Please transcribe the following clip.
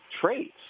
traits